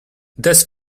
these